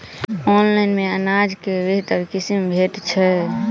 Online मे अनाज केँ बेहतर किसिम भेटय छै?